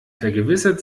vergewissert